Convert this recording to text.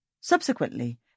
Subsequently